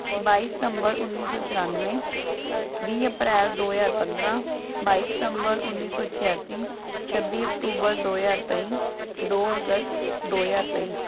ਬਾਈ ਸਤੰਬਰ ਉੱਨੀ ਸੌ ਚੁਰਾਨਵੇਂ ਵੀਹ ਅਪ੍ਰੈਲ ਦੋ ਹਜ਼ਾਰ ਪੰਦਰਾਂ ਬਾਈ ਸਤੰਬਰ ਉੱਨੀ ਸੌ ਛਿਆਸੀ ਛੱਬੀ ਅਕਤੂਬਰ ਦੋ ਹਜ਼ਾਰ ਤੇਈ ਦੋ ਅਗਸਤ ਦੋ ਹਜ਼ਾਰ ਤੇਈ